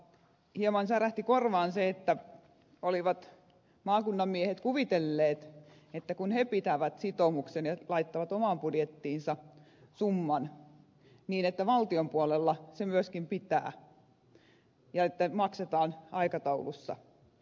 hieman särähti korvaan se että olivat maakunnan miehet kuvitelleet että kun he pitävät sitoumuksen ja laittavat omaan budjettiinsa summan niin valtion puolella se myöskin pitää ja maksetaan aikataulussa